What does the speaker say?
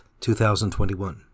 2021